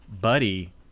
Buddy